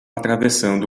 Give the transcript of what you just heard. atravessando